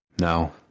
No